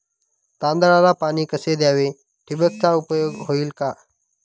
तांदळाला पाणी कसे द्यावे? ठिबकचा उपयोग होईल का?